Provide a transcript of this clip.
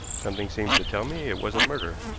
something seems to tell me it wasn't murder.